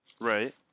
right